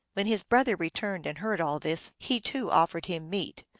when his brother returned and heard all this, he, too, offered him meat,